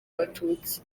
abatutsi